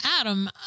Adam